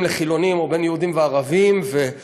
לחילונים או בין יהודים לערבים: ואו,